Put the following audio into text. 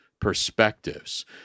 perspectives